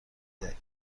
رسیدیم